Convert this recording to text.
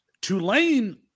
Tulane